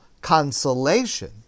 consolation